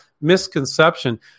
misconception